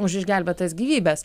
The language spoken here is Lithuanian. už išgelbėtas gyvybes